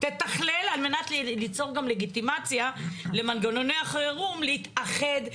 תתכלל על מנת ליצור גם לגיטימציה למנגנוני החירום להתאחד,